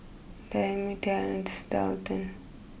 Dayami Terrence Daulton